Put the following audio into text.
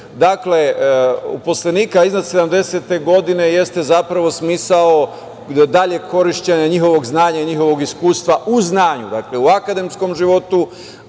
dakle, poslanika iznad 70-te godine jeste zapravo smisao daljeg korišćenja njihovog znanja i njihovog iskustva u znanju. Dakle, u akademskom životu,